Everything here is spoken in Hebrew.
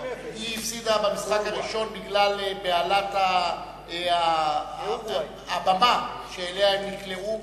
2:0. היא הפסידה במשחק הראשון בגלל בהלת הבמה שאליה הם נקלעו.